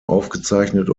aufgezeichnet